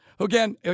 Again